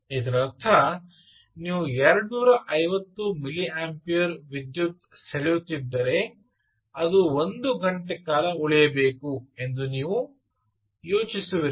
ಇದರರ್ಥ ನೀವು 250 ಮಿಲಿಯಂಪಿಯರ್ ವಿದ್ಯುತ್ ಸೆಳೆಯುತ್ತಿದ್ದರೆ ಅದು 1 ಗಂಟೆ ಕಾಲ ಉಳಿಯಬೇಕು ಎಂದು ನೀವು ಯೋಚಿಸುವಿರಿ